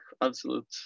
absolute